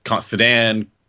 sedan